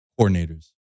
coordinators